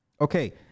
okay